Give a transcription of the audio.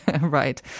Right